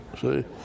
see